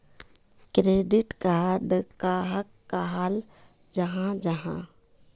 Credit card कहाक कहाल जाहा जाहा?